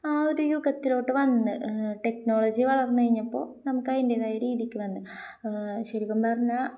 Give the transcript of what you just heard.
ആ ഒരു യുഗത്തിലേക്ക് വന്നു ടെക്നോളജി വളർന്നുകഴിഞ്ഞപ്പോള് നമുക്ക് അതിൻ്റേതായ രീതിക്ക് വന്നു ശരിക്കും പറഞ്ഞാല്